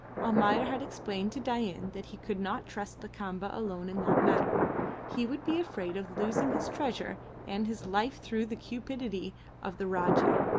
almayer had explained to dain that he could not trust lakamba alone in that matter he would be afraid of losing his treasure and his life through the cupidity of the rajah